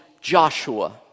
Joshua